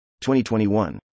2021